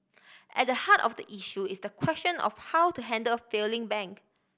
at a heart of the issue is the question of how to handle a failing bank